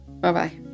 Bye-bye